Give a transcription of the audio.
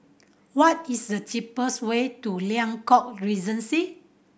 what is the cheapest way to Liang Court Regency